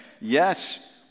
Yes